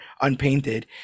unpainted